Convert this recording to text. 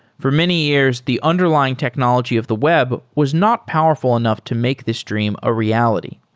for many years, the underlying technology of the web was not powerful enough to make this dream a reality.